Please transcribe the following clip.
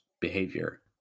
behavior